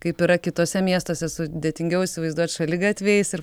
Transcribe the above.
kaip yra kituose miestuose sudėtingiau įsivaizduot šaligatviais ir